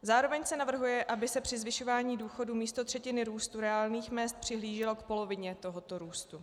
Zároveň se navrhuje, aby se při zvyšování důchodu místo třetiny růstu reálných mezd přihlíželo k polovině tohoto růstu.